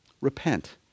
Repent